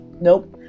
Nope